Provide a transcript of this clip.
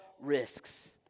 risks